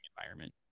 environment